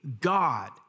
God